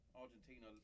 argentina